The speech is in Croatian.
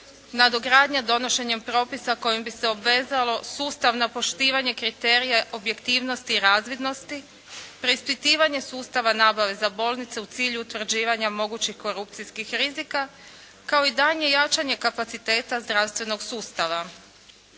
nadogradnja donošenjem propisa kojim bi se obvezalo sustavno poštivanje kriterija objektivnosti i razvidnosti, preispitivanje sustave nabave za bolnice u cilju utvrđivanja mogućih korupcijskih rizika kao i daljnje jačanje kapaciteta zdravstvenog sustava.